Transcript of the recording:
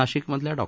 नाशिकमधल्या डॉ